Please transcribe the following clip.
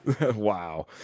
Wow